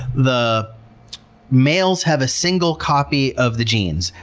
the males have a single copy of the genes.